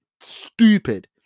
stupid